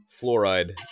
Fluoride